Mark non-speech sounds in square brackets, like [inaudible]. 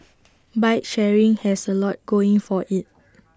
[noise] bike sharing has A lot going for IT